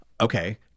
okay